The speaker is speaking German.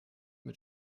mit